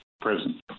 prison